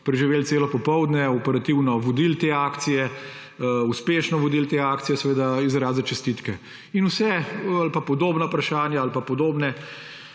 preživeli celo popoldne, operativno vodili te akcije, uspešno vodili te akcije, izraziti čestitke. Podobna vprašanja ali pa podobne